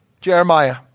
Jeremiah